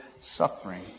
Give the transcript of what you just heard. suffering